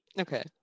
Okay